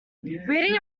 reading